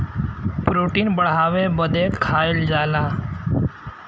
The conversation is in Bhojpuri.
प्रोटीन बढ़ावे बदे खाएल जाला